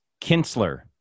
kinsler